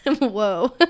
Whoa